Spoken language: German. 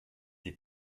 die